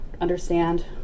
understand